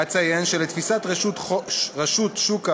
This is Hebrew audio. אציין שלתפיסת רשות שוק ההון,